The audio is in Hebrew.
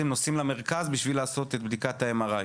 נוסעים למרכז בשביל לעשות את בדיקת ה-MRI.